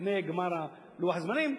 לפני גמר לוח הזמנים,